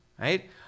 right